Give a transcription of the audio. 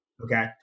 Okay